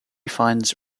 finds